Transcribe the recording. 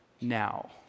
now